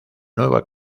nueva